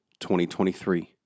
2023